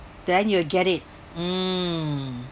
then you'll get it mm